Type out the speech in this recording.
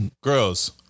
girls